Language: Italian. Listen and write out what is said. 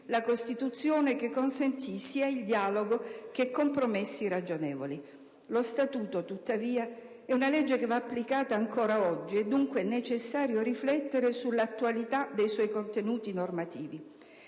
la Costituzione, che consentì sia il dialogo che compromessi ragionevoli. Tuttavia, lo Statuto è una legge che va applicata ancora oggi ed è dunque necessario riflettere sull'attualità dei suoi contenuti normativi.